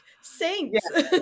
saints